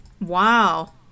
Wow